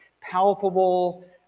palpable